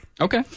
Okay